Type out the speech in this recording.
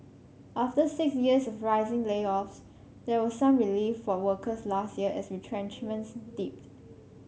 after six years of rising layoffs there was some relief for workers last year as retrenchments dipped